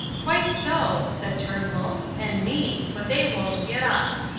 quite so, said turnbull, and me but they won't get us.